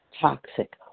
Toxic